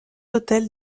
autel